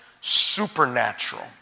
supernatural